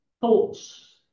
thoughts